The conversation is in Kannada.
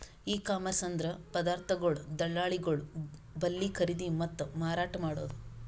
ಇ ಕಾಮರ್ಸ್ ಅಂದ್ರ ಪದಾರ್ಥಗೊಳ್ ದಳ್ಳಾಳಿಗೊಳ್ ಬಲ್ಲಿ ಖರೀದಿ ಮತ್ತ್ ಮಾರಾಟ್ ಮಾಡದು